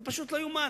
זה לא חד-פעמי,